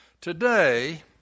Today